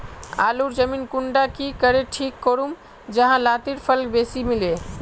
आलूर जमीन कुंडा की करे ठीक करूम जाहा लात्तिर फल बेसी मिले?